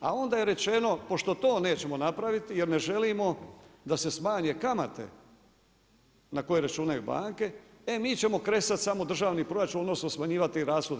A onda je rečeno pošto to nećemo napraviti, jer ne želimo da se smanje kamate na koje računaju banke, e mi ćemo kresat samo državni proračun, odnosno smanjivati rashode.